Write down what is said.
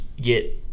get